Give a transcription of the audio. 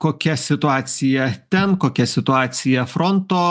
kokia situacija ten kokia situacija fronto